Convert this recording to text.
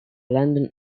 london